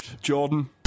Jordan